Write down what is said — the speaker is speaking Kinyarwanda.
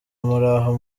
muraho